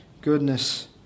goodness